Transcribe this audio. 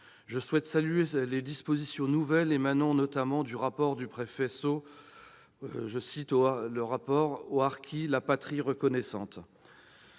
Je souhaite saluer les dispositions nouvelles, émanant notamment du rapport du préfet Dominique Ceaux intitulé « Aux harkis, la patrie reconnaissante.